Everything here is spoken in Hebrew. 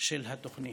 של התוכנית.